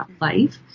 life